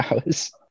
hours